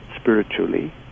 spiritually